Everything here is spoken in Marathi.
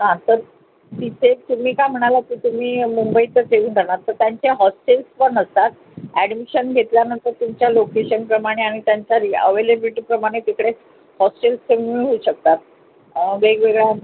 हां तर तिथेच तुम्ही काय म्हणालात की तुम्ही मुंबईतच तर त्यांच्या होस्टेल्स पण असतात ॲडमिशन घेतल्यानंतर तुमच्या लोकेशनप्रमाणे आणि त्यांच्या रि अवेबिलिटीप्रमाणे तिकडेच होस्टेल्स मिळू शकतात वेगवेगळ्या